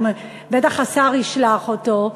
בטח השר ישלח אותו,